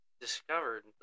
discovered